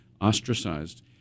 ostracized